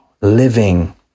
living